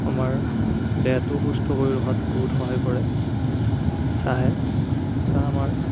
আমাৰ দেহটো সুস্থ কৰি ৰখাত বহুত সহায় কৰে চাহে চাহ আমাৰ